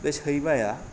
बे सैमाया